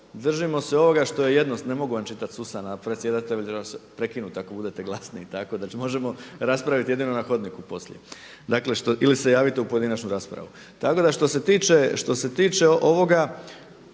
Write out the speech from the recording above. se ne razumije./… ne mogu vam čitati sa usana, predsjedatelj će vas prekinut ako budete glasni. Tako da možemo raspraviti jedino na hodniku poslije, dakle ili se javite u pojedinačnu raspravu. Tako da što se tiče ovoga